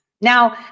now